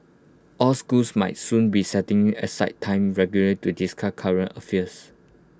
all schools might soon be setting aside time regularly to discard current affairs